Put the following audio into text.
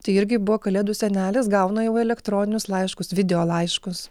tai irgi buvo kalėdų senelis gauna jau elektroninius laiškus video laiškus